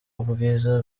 ubwiza